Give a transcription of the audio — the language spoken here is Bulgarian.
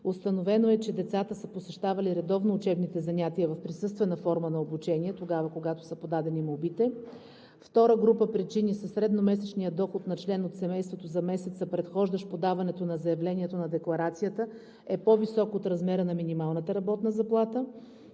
установено е, че децата са посещавали редовно учебните занятия в присъствена форма на обучение, когато са подадени молбите. Втора група причини – средномесечният доход на член от семейството за месеца, предхождащ подаването на заявлението, е по-висок от размера на минималната работна заплата.